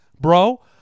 bro